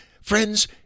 friends